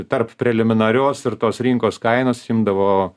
tarp preliminarios ir tos rinkos kainos imdavo